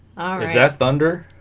is that thunder